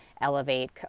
elevate